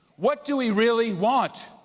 what do we really want?